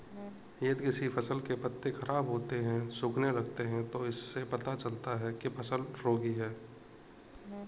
यदि किसी फसल के पत्ते खराब होते हैं, सूखने लगते हैं तो इससे पता चलता है कि फसल रोगी है